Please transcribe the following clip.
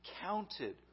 counted